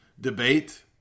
debate